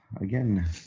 again